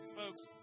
folks